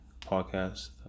podcast